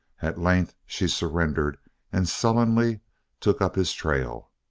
at length she surrendered and sullenly took up his trail.